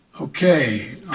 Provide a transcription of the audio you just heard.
Okay